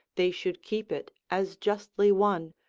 they should keep it as justly won,